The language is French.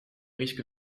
risque